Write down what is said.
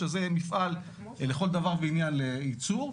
שזה מפעל לכל דבר ועניין לייצור,